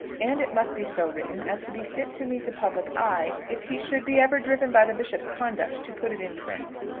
and it must be so written as to be fit to meet the public eye if he should be ever driven by the bishop's conduct to put it in print.